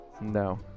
No